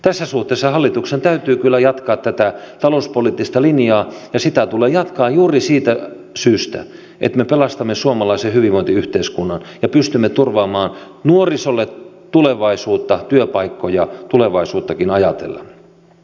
tässä suhteessa hallituksen täytyy kyllä jatkaa tätä talouspoliittista linjaa ja sitä tulee jatkaa juuri siitä syystä että me pelastamme suomalaisen hyvinvointiyhteiskunnan ja pystymme turvaamaan nuorisolle työpaikkoja tulevaisuuttakin ajatellen